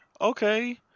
Okay